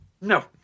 No